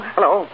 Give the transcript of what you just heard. Hello